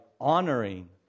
honoring